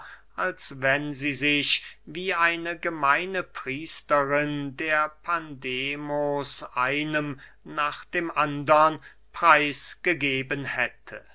als wenn sie sich wie eine gemeine priesterin der pandemos einem nach dem andern preis gegeben hätte